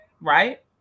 right